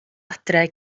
adre